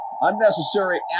Unnecessary